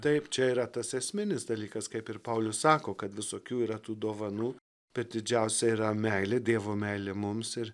taip čia yra tas esminis dalykas kaip ir paulius sako kad visokių yra tų dovanų bet didžiausia yra meilė dievo meilė mums ir